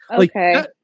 okay